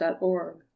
org